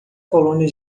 colônia